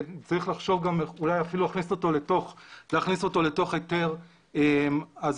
צריך לחשוב אולי להכניס אותו לתוך היתר הזרמה,